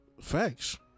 Facts